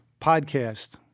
podcast